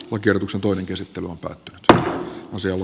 aker usa toinen käsittely on päättynyt museon